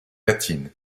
latine